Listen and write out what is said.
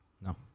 No